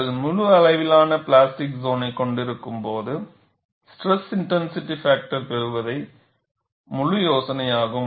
நீங்கள் முழு அளவிலான பிளாஸ்டிக் சோன்னை கொண்டிருக்கும்போது ஸ்ட்ரெஸ் இன்டென்சிட்டி பாக்டர் பெறுவதே முழு யோசனையாகும்